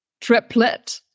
triplet